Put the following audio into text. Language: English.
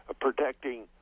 protecting